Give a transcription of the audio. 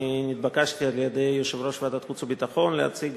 אני התבקשתי על-ידי יושב-ראש ועדת החוץ והביטחון להציג